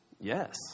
yes